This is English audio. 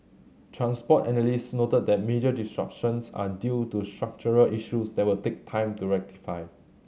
transport analysts noted that major disruptions are due to structural issues that will take time to rectify